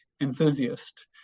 enthusiast